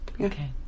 okay